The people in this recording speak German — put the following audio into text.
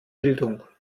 bildung